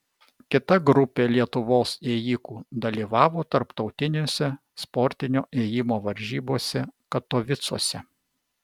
kita grupė lietuvos ėjikų dalyvavo tarptautinėse sportinio ėjimo varžybose katovicuose